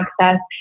access